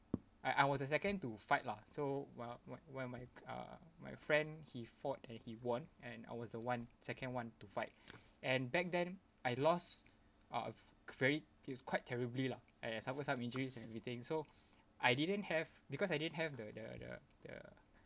I I was the second to fight lah so wh~ wh~ when my uh my friend he fought and he won and I was the one second one to fight and back then I lost a very it's quite terribly lah and I suffered some injuries and beating so I didn't have because I didn't have the the the the